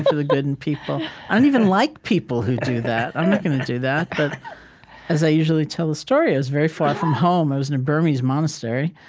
the good in people i don't even like people who do that. i'm not gonna do that. but as i usually tell the story, i was very far from home. i was in a burmese monastery.